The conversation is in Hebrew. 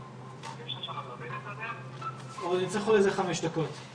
מתלוננת בחורה צעירה שמתלוננת על משהו בשד ועד מועד האבחון.